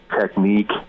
technique